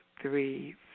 three